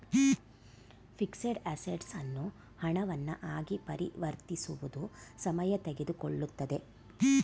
fixed assets ಅನ್ನು ಹಣವನ್ನ ಆಗಿ ಪರಿವರ್ತಿಸುವುದು ಸಮಯ ತೆಗೆದುಕೊಳ್ಳುತ್ತದೆ